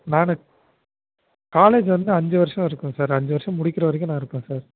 நான் காலேஜ் வந்து அஞ்சு வருஷம் இருக்கும் சார் அஞ்சு வருஷம் முடிக்கிற வரைக்கும் நான் இருப்பேன் சார்